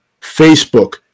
facebook